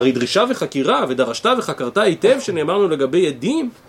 הרי דרישה וחקירה ודרשת וחקרת היטב שנאמר לנו לגבי עדים